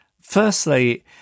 firstly